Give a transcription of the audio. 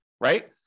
right